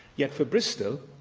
yet, for bristol,